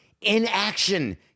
inaction